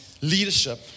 leadership